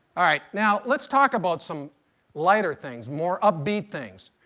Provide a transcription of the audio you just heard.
all right. now let's talk about some lighter things, more upbeat things.